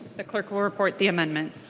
the clerk will report the amendment.